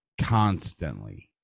constantly